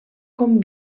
com